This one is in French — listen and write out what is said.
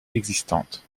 existantes